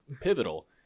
pivotal